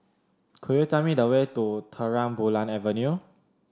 could you tell me the way to Terang Bulan Avenue